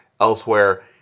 elsewhere